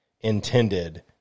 intended